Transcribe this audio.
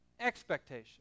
expectation